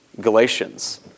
Galatians